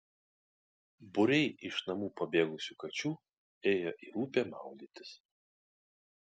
būriai iš namų pabėgusių kačių ėjo į upę maudytis